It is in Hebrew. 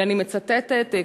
ואני מצטטת,